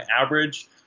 average